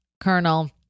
colonel